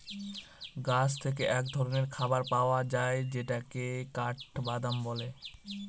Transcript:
গাছ থেকে এক ধরনের খাবার পাওয়া যায় যেটাকে কাঠবাদাম বলে